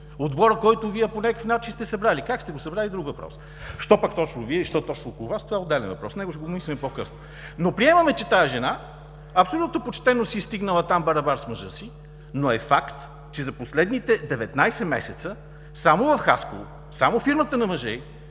отборът, който Вие по някакъв начин сте събрали. Как сте го събрали, друг въпрос. Защо пък точно Вие и защо точно около Вас, това е отделен въпрос? Него ще го мислим по-късно. Приемаме, че тази жена, абсолютно почтено си е стигнала там барабар с мъжа си, но е факт, че за последните 19 месеца само в Хасково, само фирмата на мъжа